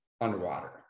underwater